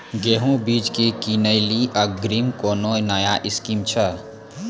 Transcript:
गेहूँ बीज की किनैली अग्रिम कोनो नया स्कीम छ?